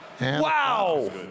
Wow